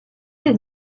des